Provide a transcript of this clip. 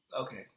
Okay